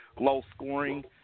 low-scoring